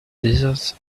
desert